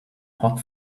hot